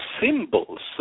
symbols